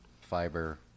fiber